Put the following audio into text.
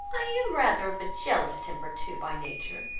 i am rather of a jealous temper too by nature,